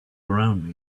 around